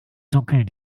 zuckeln